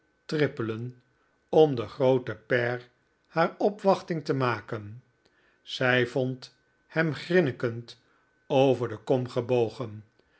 trippelen om den grooten pair haar opwachting te maken zij vond hem grinnikend over de kom gebogen